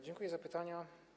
Dziękuję za pytania.